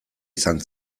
izan